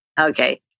Okay